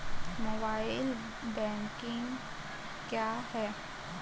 Mobile banking क्या है?